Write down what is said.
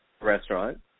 restaurant